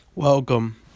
Welcome